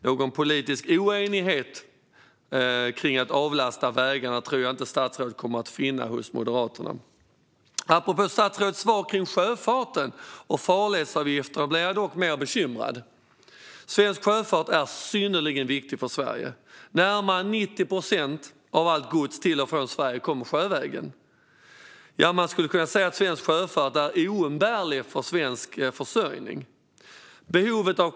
Någon politisk oenighet kring att avlasta vägarna tror jag inte att statsrådet kommer att finna hos Moderaterna. Statsrådets svar kring sjöfarten och farledsavgifterna gör mig dock mer bekymrad. Svensk sjöfart är synnerligen viktig för Sverige. Närmare 90 procent av allt gods till och från Sverige fraktas sjövägen. Man skulle kunna säga att svensk sjöfart är oumbärlig för svensk försörjning.